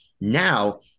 Now